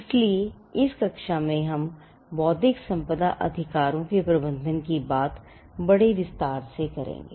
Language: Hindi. इसलिए इस कक्षा में हम बौद्धिक संपदा अधिकारों के प्रबंधन की बात बड़े विस्तार से करेंगे